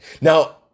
Now